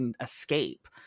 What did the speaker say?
escape